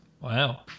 Wow